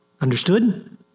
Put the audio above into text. Understood